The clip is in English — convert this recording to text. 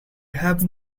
have